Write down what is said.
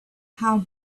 how